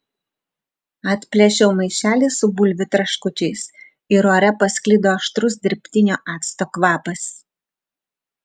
atplėšiau maišelį su bulvių traškučiais ir ore pasklido aštrus dirbtinio acto kvapas